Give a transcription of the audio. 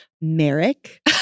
Merrick